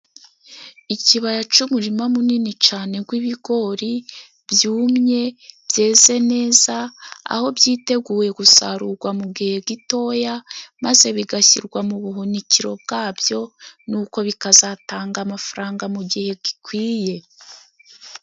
Ikibaya c'umurima munini cane gw'ibigori byumye byeze neza, aho byiteguye gusarugwa mu gihe gitoya maze bigashyirwa mu buhunikiro bwabyo, nuko bikazatanga amafaranga mu gihe gikwiye.